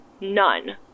none